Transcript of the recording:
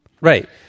right